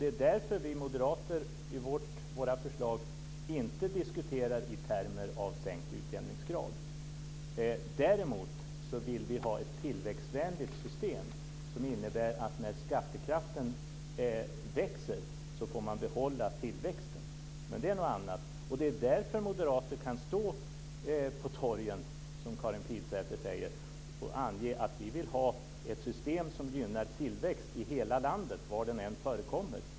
Det är därför vi moderater i våra förslag inte diskuterar i termer av sänkt utjämningsgrad. Däremot vill vi ha ett tillväxtvänligt system, som innebär att man när skattekraften växer får behålla tillväxten. Men det är något annat. Det är därför vi moderater kan stå på torgen, som Karin Pilsäter säger, och ange att vi vill ha ett system som gynnar tillväxt i hela landet - var den än förekommer.